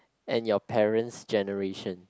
and your parents generation